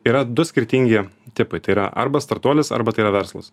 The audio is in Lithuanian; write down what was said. yra du skirtingi tipai tai yra arba startuolis arba tai yra verslas